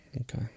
Okay